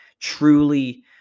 truly